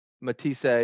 Matisse